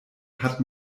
hat